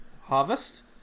Harvest